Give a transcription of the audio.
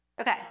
Okay